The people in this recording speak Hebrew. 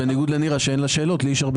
בניגוד לנירה שאין לה שאלות לי יש הרבה